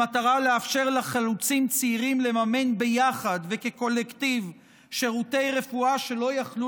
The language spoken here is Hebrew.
במטרה לאפשר לחלוצים צעירים לממן ביחד וכקולקטיב שירותי רפואה שלא יכלו